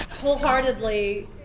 Wholeheartedly